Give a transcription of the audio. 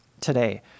today